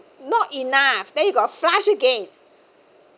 not enough then you got to flush again